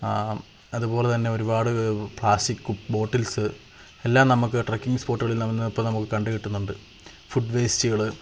ആ അതുപോലെതന്നെ ഒരുപാട് പ്ലാസ്റ്റിക് ബോട്ടില്സ് എല്ലാം നമുക്ക് ട്രക്കിംഗ് സ്പോട്ടുകളില് നിന്ന് ഇപ്പം നമുക്ക് കണ്ടുകിട്ടുന്നുണ്ട് ഫുഡ് വേസ്റ്റുകൾ